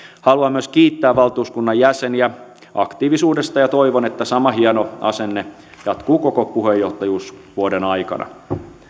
haluan myös kiittää valtuuskunnan jäseniä aktiivisuudesta ja toivon että sama hieno asenne jatkuu koko puheenjohtajuusvuoden aikana